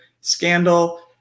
scandal